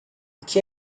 que